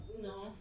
No